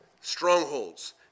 strongholds